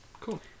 Cool